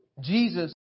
Jesus